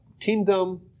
kingdom